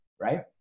Right